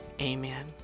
Amen